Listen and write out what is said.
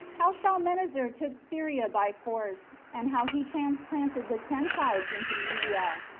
how shalmaneser took samaria by force and how he transplanted the ten tribes into media,